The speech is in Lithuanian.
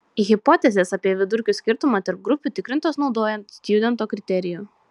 hipotezės apie vidurkių skirtumą tarp grupių tikrintos naudojant stjudento kriterijų